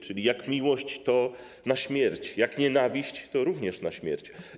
Czyli jak miłość, to na śmierć, jak nienawiść, to również na śmierć.